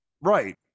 Right